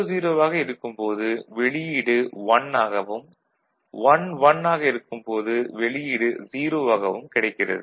00 ஆக இருக்கும்போது வெளியீடு 1 ஆகவும் 11 ஆக இருக்கும்போது வெளியீடு 0 ஆகவும் கிடைக்கிறது